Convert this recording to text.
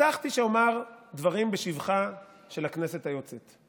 הבטחתי שאומר דברים בשבחה של הכנסת היוצאת.